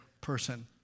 person